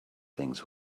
things